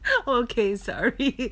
okay sorry